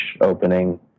opening